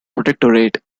protectorate